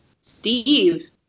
Steve